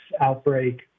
outbreak